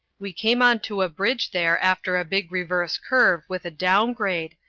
we came on to a bridge there after a big reverse curve with a down grade,